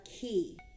key